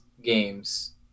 games